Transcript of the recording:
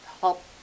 help